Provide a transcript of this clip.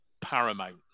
paramount